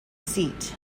seat